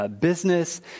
business